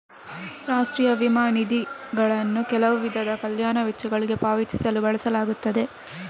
ರಾಷ್ಟ್ರೀಯ ವಿಮಾ ನಿಧಿಗಳನ್ನು ಕೆಲವು ವಿಧದ ಕಲ್ಯಾಣ ವೆಚ್ಚಗಳಿಗೆ ಪಾವತಿಸಲು ಬಳಸಲಾಗುತ್ತದೆ